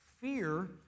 fear